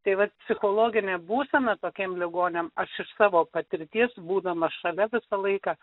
tai vat psichologinė būsena tokiem ligoniam aš iš savo patirties būdama šalia visą laiką